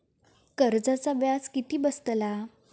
कर्जाचा व्याज किती बसतला?